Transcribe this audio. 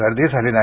गर्दी झाली नाही